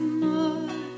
more